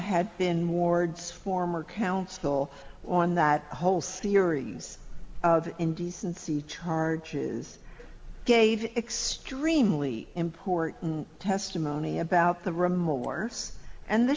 had been wards former counsel on that whole series of indecency charges gave extremely important testimony about the